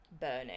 Burning